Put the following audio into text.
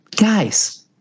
guys